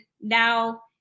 now